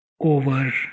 over